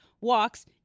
walks